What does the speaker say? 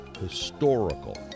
historical